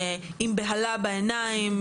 עם בהלה בעיניים,